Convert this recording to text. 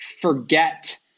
forget